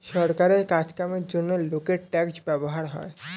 সরকারের কাজ কামের জন্যে লোকের ট্যাক্স ব্যবহার হয়